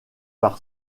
par